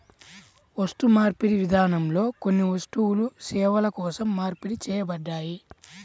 వస్తుమార్పిడి విధానంలో కొన్ని వస్తువులు సేవల కోసం మార్పిడి చేయబడ్డాయి